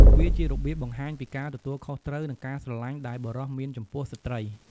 វាជារបៀបបង្ហាញពីការទទួលខុសត្រូវ និងការស្រឡាញ់ដែលបុរសមានចំពោះស្ត្រី។